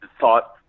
thought